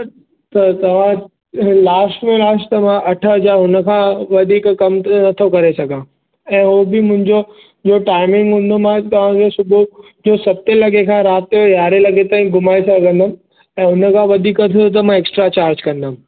त तव्हां लास्ट में लास्ट त मां अठ हज़ार उन खां वधीक कम त नथो करे सघां ऐं हू बि मुंहिंजो टाइमिंग हूंदो मां तव्हां खे सुबुह जो सते लॻे खां राति जो यारहें लॻे ताईं घुमाए सघंदमि ऐं हुन खां वधीक थियो त मां एक्स्ट्रा चार्ज कंदमि